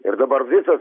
ir dabar visos